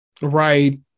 right